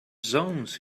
zones